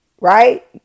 Right